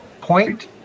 Point